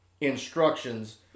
instructions